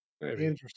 Interesting